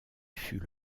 fut